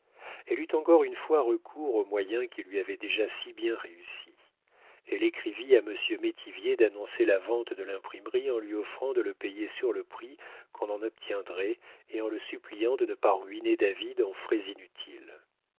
elle eut encore une fois recours au moyen qui lui avait déjà si bien réussi elle écrivit à monsieur métivier d'annoncer la vente de l'imprimerie en lui offrant de le payer sur le prix qu'on en obtiendrait et en le suppliant de ne pas ruiner david en frais inutiles